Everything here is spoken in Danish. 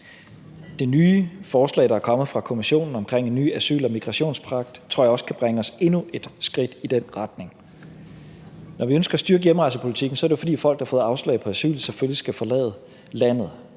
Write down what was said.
Det nye forslag, der er kommet fra Kommissionen om en ny asyl- og migrationspagt, tror jeg også kan bringe os endnu et skridt i den retning. Når vi ønsker at styrke hjemrejsepolitikken, er det jo, fordi folk, der har fået afslag på asyl, selvfølgelig skal forlade landet.